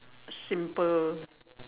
simple